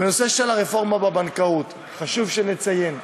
בנושא הרפורמה בבנקאות חשוב שנציין,